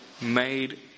made